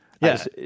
Yes